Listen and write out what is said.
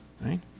Right